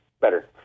better